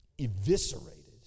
eviscerated